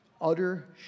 Utter